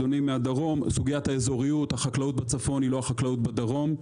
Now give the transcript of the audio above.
ואדוני מהדרום סוגיית האזוריות; החקלאות בצפון היא לא החקלאות בדרום.